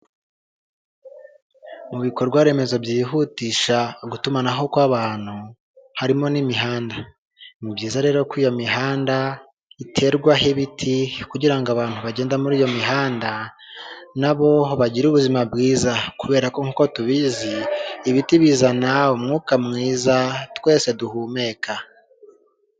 Mu bikorwa remezo byihutisha gutumanaho kwabantu harimo n'imihanda ni byiza rero ko iyo mihanda iterwaho ibiti kugirango abantu bagenda muri iyo mihanda nabo bagire ubuzima bwiza kubera ko nkuko tubizi ibiti bizana umwuka mwiza twese duhumeka .